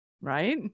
right